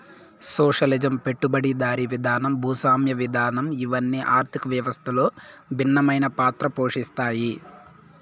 socialism పెట్టుబడిదారీ విధానం భూస్వామ్య విధానం ఇవన్ని ఆర్థిక వ్యవస్థలో భిన్నమైన పాత్ర పోషిత్తాయి